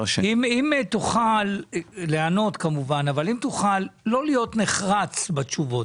אם תוכל לא להיות נחרץ בתשובות.